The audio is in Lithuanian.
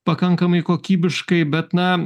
pakankamai kokybiškai bet na